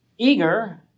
eager